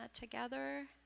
together